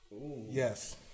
Yes